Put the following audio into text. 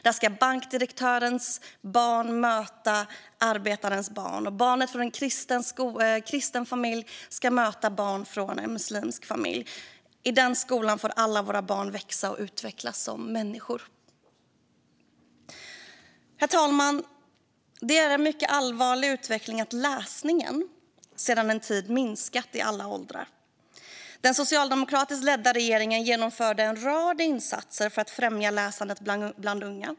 Där ska bankdirektörens barn möta arbetarens barn, och barnet från en kristen familj ska möta barnet från en muslimsk familj. I den skolan får alla våra barn växa och utvecklas som människor. Herr talman! Det är en mycket allvarlig utveckling att läsningen sedan en tid har minskat i alla åldrar. Den socialdemokratiskt ledda regeringen genomförde en rad insatser för att främja läsandet bland unga.